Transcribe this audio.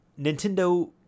Nintendo